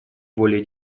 более